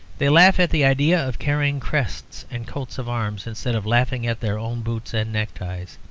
they laugh at the idea of carrying crests and coats-of-arms instead of laughing at their own boots and neckties.